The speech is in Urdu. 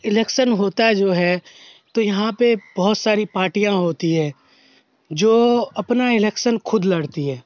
الیکسن ہوتا جو ہے تو یہاں پہ بہت ساری پارٹیاں ہوتی ہے جو اپنا الیکسن خود لڑتی ہے